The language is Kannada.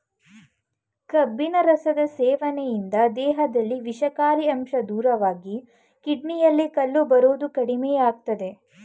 ಕಬ್ಬಿನ ರಸದ ಸೇವನೆಯಿಂದ ದೇಹದಲ್ಲಿ ವಿಷಕಾರಿ ಅಂಶ ದೂರವಾಗಿ ಕಿಡ್ನಿಯಲ್ಲಿ ಕಲ್ಲು ಬರೋದು ಕಡಿಮೆಯಾಗ್ತದೆ